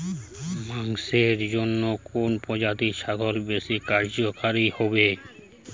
মাংসের জন্য কোন প্রজাতির ছাগল বেশি কার্যকরী হবে?